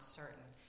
certain